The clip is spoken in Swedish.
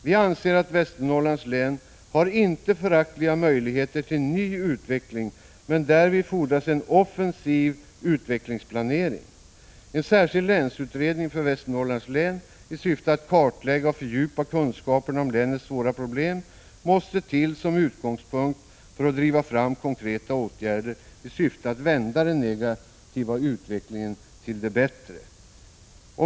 Vi anser att Västernorrlands län har inte föraktliga möjligheter till ny utveckling, men därvid fordras en offensiv utvecklingsplanering. En särskild länsutredning för Västernorrlands län i syfte att kartlägga och fördjupa kunskaperna om länets svåra problem måste till som utgångspunkt för att driva fram konkreta åtgärder i syfte att vända den negativa utvecklingen till det bättre.